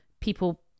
people